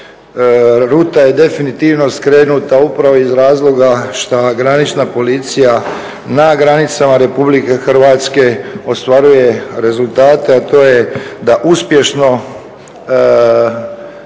ruta je definitivno skrenuta upravo iz razloga što granična policija na granicama RH ostvaruje rezultate, a to je da uspješno,